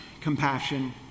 compassion